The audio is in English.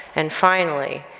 and finally,